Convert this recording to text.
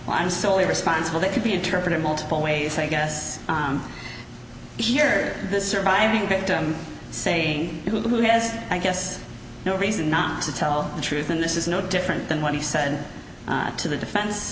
i'm solely responsible that could be interpreted multiple ways i guess here the surviving victim saying who has i guess no reason not to tell the truth and this is no different than what he said to the defense